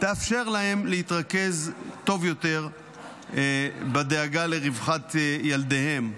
תאפשר להם להתרכז טוב יותר בדאגה לרווחת ילדיהם.